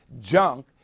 junk